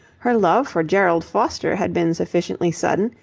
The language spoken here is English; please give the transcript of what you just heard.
her love for gerald foster had been sufficiently sudden,